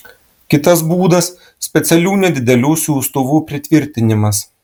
kitas būdas specialių nedidelių siųstuvų pritvirtinimas